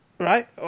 Right